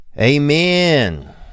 Amen